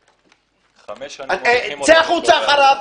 חמש שנים- - צא החוצה אחריו.